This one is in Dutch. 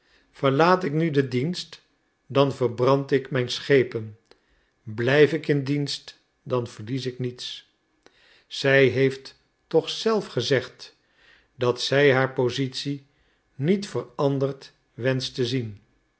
verlaat ik nu den dienst dan verbrand ik mijn schepen blijf ik in dienst dan verlies ik niets zij heeft toch zelf gezegd dat zij haar positie niet veranderd wenscht te zien